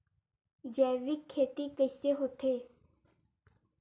जैविक खेती कइसे होथे?